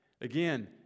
Again